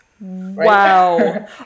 Wow